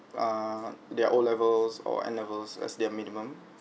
err there are O levels or n levels as their minimum